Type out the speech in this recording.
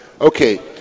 Okay